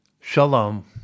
Shalom